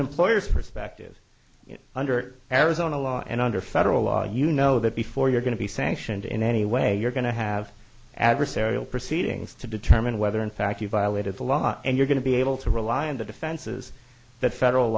employer's perspective under arizona law and under federal law you know that before you're going to be sanctioned in any way you're going to have adversarial proceedings to determine whether in fact you violated the law and you're going to be able to rely on the defenses that federal